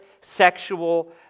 sexual